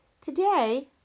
Today